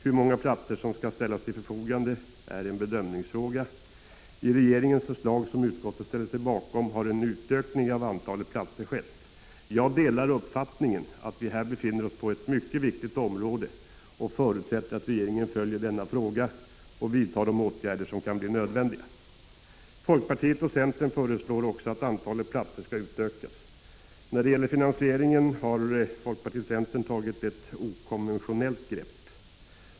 Hur många platser som skall ställas till förfogande är en bedömningsfråga. I regeringens förslag, som utskottet ställer sig bakom, har antalet platser utökats. Jag delar uppfattningen att vi här befinner oss på ett mycket viktigt område och förutsätter att regeringen följer denna fråga och vidtar de åtgärder som kan bli nödvändiga. Folkpartiet och centern föreslår också att antalet platser skall utökas. När det gäller finansieringen har folkpartiet och centern tagit ett okonventionellt grepp.